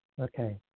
Okay